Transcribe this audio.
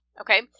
Okay